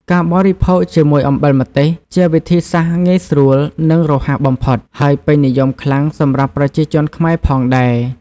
ការបរិភោគជាមួយអំបិលម្ទេស ជាវិធីសាស្ត្រងាយស្រួលនិងរហ័សបំផុត ហើយពេញនិយមខ្លាំងសម្រាប់ប្រជាជនខ្មែរផងដែរ។